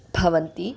भवन्ति